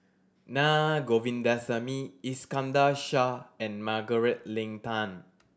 Naa Govindasamy Iskandar Shah and Margaret Leng Tan